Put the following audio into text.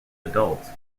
adults